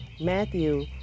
Matthew